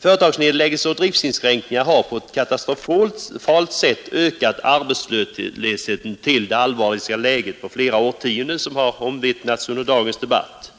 Företagsnedläggelser och driftsinskränkningar har på ett katastrofalt sätt ökat arbetslösheten till det allvarligaste läget på flera årtionden, vilket har omvittnats under dagens debatt.